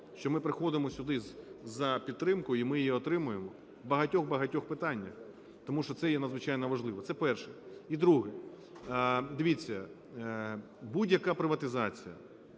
що ми приходимо сюди за підтримкою, і ми її отримуємо в багатьох-багатьох питаннях, тому що це є надзвичайно важливо. Це перше. І друге. Дивіться, будь-яка приватизація